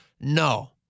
No